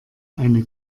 eine